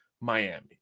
Miami